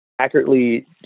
accurately